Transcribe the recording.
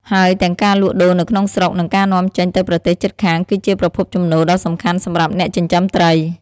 ហើយទាំងការលក់ដូរនៅក្នុងស្រុក និងការនាំចេញទៅប្រទេសជិតខាង គឺជាប្រភពចំណូលដ៏សំខាន់សម្រាប់អ្នកចិញ្ចឹមត្រី។